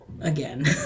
Again